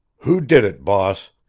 who did it, boss?